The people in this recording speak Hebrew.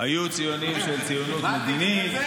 היו ציונים של ציונות מדינית.